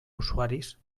usuaris